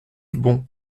bons